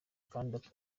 kandi